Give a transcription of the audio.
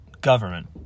government